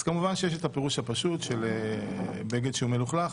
אז כמובן שיש את הפירוש הפשוט של בגד שהוא מלוכלך,